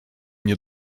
nie